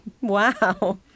Wow